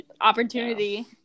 opportunity